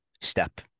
step